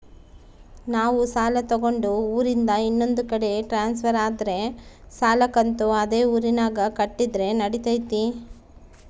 ನಾವು ಸಾಲ ತಗೊಂಡು ಊರಿಂದ ಇನ್ನೊಂದು ಕಡೆ ಟ್ರಾನ್ಸ್ಫರ್ ಆದರೆ ಸಾಲ ಕಂತು ಅದೇ ಊರಿನಾಗ ಕಟ್ಟಿದ್ರ ನಡಿತೈತಿ?